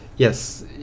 Yes